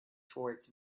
towards